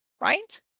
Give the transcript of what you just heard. right